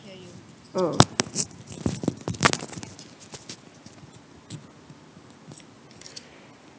oh